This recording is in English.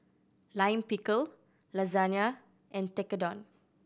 Lime Pickle Lasagna and Tekkadon